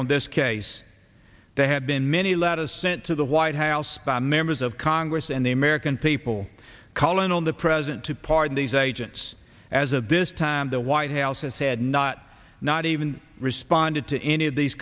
on this case they have been many letters sent to the white house by members of congress and the american people calling on the president to pardon these agents as of this time the white house has had not not even responded to any of these